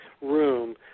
room